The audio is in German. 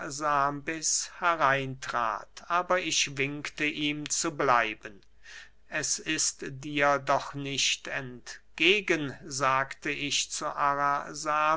arasambes herein trat aber ich winkte ihm zu bleiben es ist dir doch nicht entgegen sagte ich zu